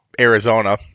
Arizona